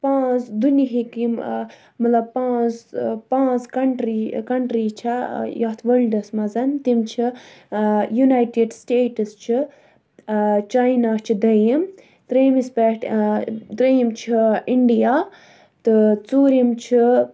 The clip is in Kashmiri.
پانٛژھ دُنہِکۍ یِم مطلب پانٛژھ پانٛژھ کَنٹرٛی کَنٹرٛی چھےٚ یَتھ وٲلڑس منٛز تِم چھِ یوٗنایٹِڈ سِٹیٹٕس چھُ چَینا چھِ دوٚیِم ترٛیمِس پٮ۪ٹھ دوٚیِم چھُ اِنڈیا تہٕ ژوٗرِم چھُ